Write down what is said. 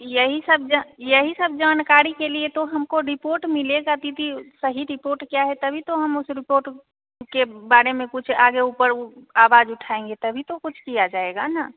यही सब जा यही सब जानकारी के लिए तो हमको रिपोर्ट मिलेगा दीदी सही रिपोर्ट क्या है तभी तो हम उस रिपोर्ट के बारे में कुछ आगे ऊपर आवाज उठाएँगे तभी तो कुछ दिया जाएगा ना